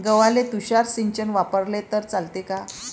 गव्हाले तुषार सिंचन वापरले तर चालते का?